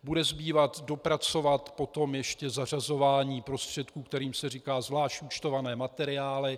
Bude zbývat dopracovat potom ještě zařazování prostředků, kterým se říká zvlášť účtované materiály.